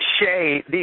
Shay